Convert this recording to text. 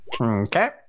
Okay